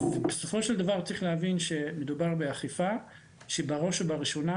בסופו של דבר צריך להבין שמדובר באכיפה שבראש ובראשונה